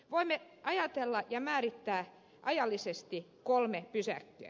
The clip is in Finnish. voimme ajatella ja määrittää ajallisesti kolme pysäkkiä